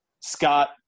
Scott